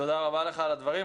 תודה רבה לך על הדברים.